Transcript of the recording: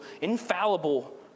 infallible